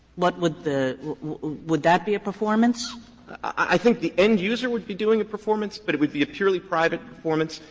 what would the would that be a performance? clement i think the end user would be doing a performance, but it would be a purely private performance,